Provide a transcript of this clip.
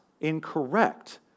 incorrect